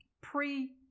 pre